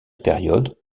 période